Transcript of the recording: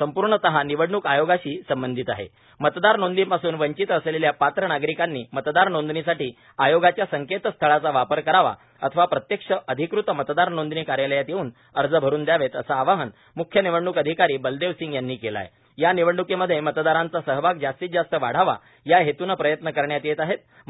संपूर्णतः निवडणूक आयोगाशी संबंधित आह मतदार नोंदणीपासून वंचित असलक्ष्या पात्र नागरिकांनी मतदार नोंदणीसाठी आयोगाच्या संक्रस्थळाचा वापर करावा अथवा प्रत्यक्ष अधिकृत मतदार नोंदणी कार्यालयात यरून अर्ज भरुन द्यावप्रए असं आवाहन म्ख्य निवडणूक अधिकारी बलदव सिंग यांनी कालं आह या निवडणूकीमध्य मतदारांचा सहभाग जास्तीत जास्त वाढावा या हप्रुनं प्रयत्न करण्यात यप्न आहप्न